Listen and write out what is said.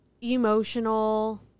emotional